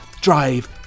drive